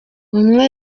umwe